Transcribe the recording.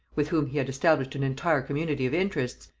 with whom he had established an entire community of interests,